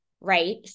right